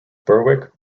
berwick